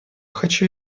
хочу